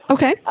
Okay